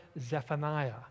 Zephaniah